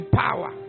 power